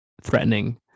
threatening